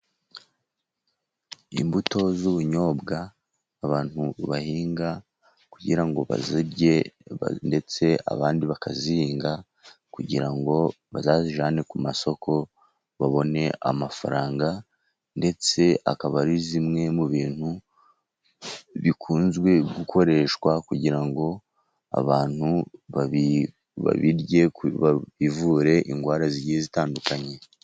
Imbuto z'ubunyobwa abantu bahinga kugira ngo bazirye ndetse abandi bakazihinga kugira ngo bazazijyane ku isoko , babone amafaranga. Ndetse, akaba ari zimwe mu bintu bikunzwe gukoreshwa kugira ngo abantu babirye bivure indwara zigiye zitandukanye.